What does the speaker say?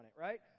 right